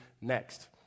next